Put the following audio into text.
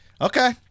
Okay